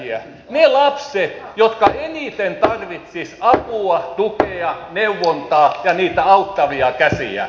ne lapset jotka eniten tarvitsisivat apua tukea neuvontaa ja niitä auttavia käsiä